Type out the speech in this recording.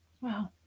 Wow